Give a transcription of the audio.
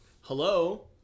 hello